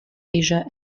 asia